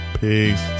peace